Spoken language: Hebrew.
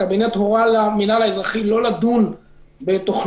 הקבינט הורה למינהל האזרחי לא לדון בתוכניות